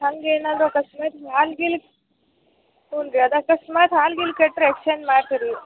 ಹಂಗೆ ಏನಾದರು ಆಕಸ್ಮಾತ್ ಹಾಲು ಗೀಲು ಹ್ಞೂ ರೀ ಅದು ಆಕಸ್ಮಾತು ಹಾಲು ಗೀಲು ಕೆಟ್ರೆ ಎಕ್ಸ್ಚೇಂಜ್ ಮಾಡ್ತೀರಿ